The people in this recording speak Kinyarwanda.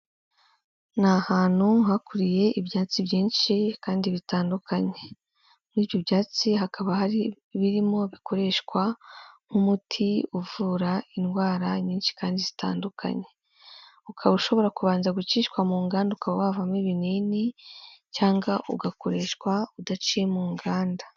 Ni ahantu hakuriye ibyatsi byinshi kandi bitandukanye, muri ibyo byatsi hakaba hari birimo bikoreshwa nk'umuti uvura indwara nyinshi kandi zitandukanye, ukaba ushobora kubanza gucishwa mu nganda ukaba wavamo ibinini cyangwa ugakoreshwa udaciye mu nganda.